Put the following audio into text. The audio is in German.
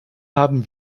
haben